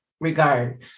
regard